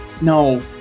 no